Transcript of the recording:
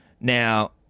Now